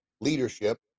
leadership